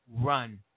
run